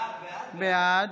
בעד